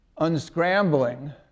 unscrambling